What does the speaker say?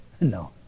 No